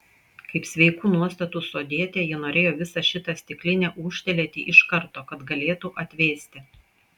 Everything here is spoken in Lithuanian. kaip sveikų nuostatų sodietė ji norėjo visą šitą stiklinę ūžtelėti iš karto kad galėtų atvėsti